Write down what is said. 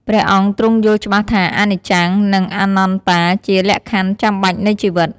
ព្រះអង្គទ្រង់យល់ច្បាស់ថា អនិច្ចំ និងអនត្តាជាលក្ខខណ្ឌចាំបាច់នៃជីវិត។